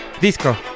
disco